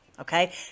Okay